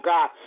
God